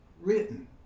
written